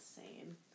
insane